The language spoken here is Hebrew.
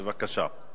בבקשה.